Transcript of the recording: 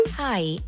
Hi